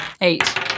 Eight